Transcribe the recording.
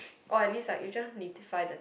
or at least like you just need to find the